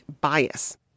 bias